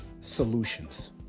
solutions